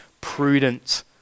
prudent